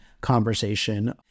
conversation